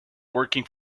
working